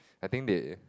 I think they